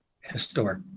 historic